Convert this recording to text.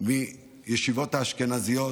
מהישיבות האשכנזיות,